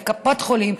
לקופת חולים,